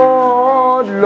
Lord